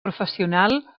professional